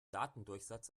datendurchsatz